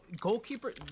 goalkeeper